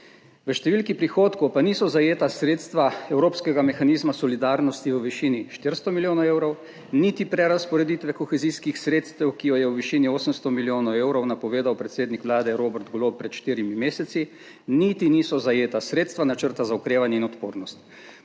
V številki prihodkov pa niso zajeta sredstva evropskega mehanizma solidarnosti v višini 400 milijonov evrov, niti prerazporeditve kohezijskih sredstev, ki jo je v višini 800 milijonov evrov napovedal predsednik Vlade Robert Golob pred štirimi meseci, niti niso zajeta sredstva načrta za okrevanje in odpornost.